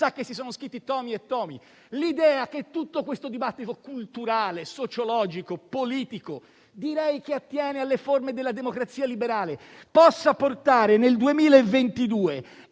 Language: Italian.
sa che si sono scritti tomi e tomi. L'idea che tutto questo dibattito culturale, sociologico e politico che attiene alle forme della democrazia liberale possa portare nel 2022